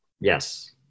Yes